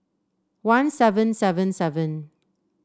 one seven seven seven